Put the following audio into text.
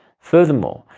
furthermore,